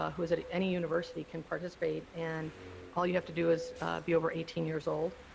ah who's at any university can participate and all you have to do is be over eighteen years old.